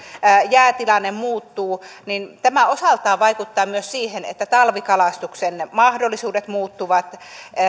jäätilanne muuttuu niin tämä osaltaan vaikuttaa myös siihen että talvikalastuksen mahdollisuudet muuttuvat